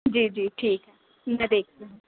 جی جی ٹھیک ہے میں دیکھتی ہوں